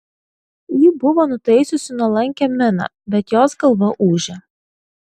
ji buvo nutaisiusi nuolankią miną bet jos galva ūžė